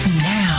now